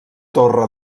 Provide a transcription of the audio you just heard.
torre